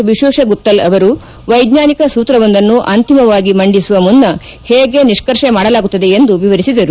ವಿಜ್ಞೇಶ ಗುತ್ತಲ್ ಅವರು ವೈಜ್ಟಾನಿಕ ಸೂತ್ರವೊಂದನ್ನು ಅಂತಿಮವಾಗಿ ಮಮಡಿಸುವ ಮುನ್ನ ಹೇಗೆ ನಿಷ್ಕರ್ಷೆ ಮಾಡಲಾಗುತ್ತದೆ ಎಂದು ವಿವರಿಸಿದರು